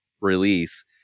release